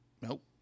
Nope